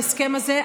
ההסכם הזה,